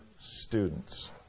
students